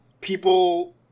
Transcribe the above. people